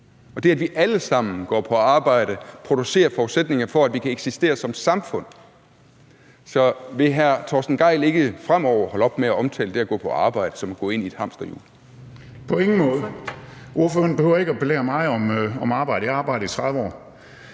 og det, at vi alle sammen går på arbejde, producerer forudsætninger for, at vi kan eksistere som samfund. Så vil hr. Torsten Gejl ikke fremover holde op med at omtale det at gå på arbejde som at gå ind et hamsterhjul? Kl. 15:52 Første næstformand (Karen Ellemann): Ordføreren. Kl.